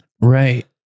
right